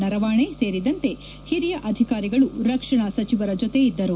ನರವಾಣೆ ಸೇರಿದಂತೆ ಹಿರಿಯ ಅಧಿಕಾರಿಗಳು ರಕ್ಷಣಾ ಸಜಿವರ ಜೊತೆ ಇದ್ದರು